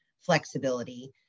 flexibility